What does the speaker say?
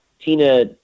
Tina